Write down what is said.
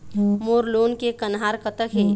मोर loan के कन्हार कतक हे?